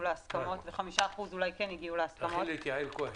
להסכמות ו-5% אולי כן הגיעו להסכמות.